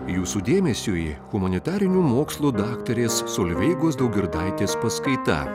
jūsų dėmesiui humanitarinių mokslų daktarės solveigos daugirdaitės paskaita